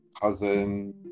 cousin